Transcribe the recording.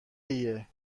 ایه